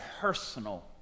personal